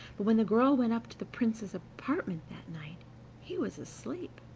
but when the girl went up to the prince's apartment that night he was asleep,